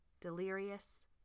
Delirious